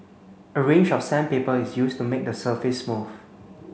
a range of sandpaper is used to make the surface smooth